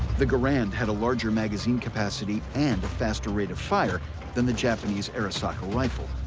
the garand had a larger magazine capacity and a faster rate of fire than the japanese arisaka rifle,